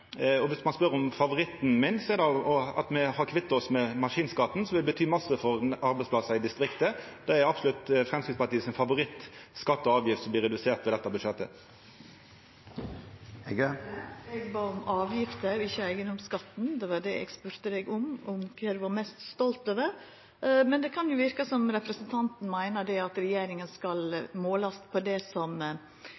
næringslivet. Viss ein spør om favoritten min, er det at me har kvitta oss med maskinskatten, noko som vil bety masse for arbeidsplassane i distrikta. Det er absolutt Framstegspartiets favoritt av skattar og avgifter som blir reduserte i dette budsjettet. Eg spurde om avgifter og ikkje om eigedomsskatten. Det var det eg spurde representanten om, om kva han var mest stolt over. Men det kan virka som om representanten meiner at regjeringa skal